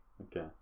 Okay